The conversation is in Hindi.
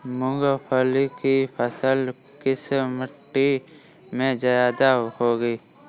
मूंगफली की फसल किस मिट्टी में ज्यादा होगी?